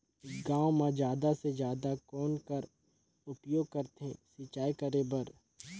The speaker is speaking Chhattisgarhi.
गांव म जादा से जादा कौन कर उपयोग करथे सिंचाई करे बर?